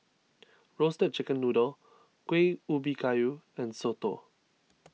Roasted Chicken Noodle Kuih Ubi Kayu and Soto